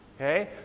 okay